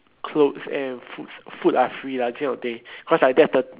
clothes and food are free lah this kind of thing cause like that's the